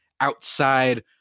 outside